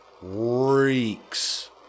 reeks